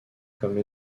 comme